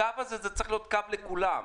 הקו הזה צריך להיות קו לכולם,